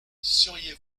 seriez